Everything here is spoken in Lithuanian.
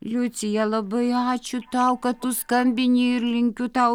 liucija labai ačiū tau kad tu skambini ir linkiu tau